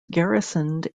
garrisoned